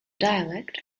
dialect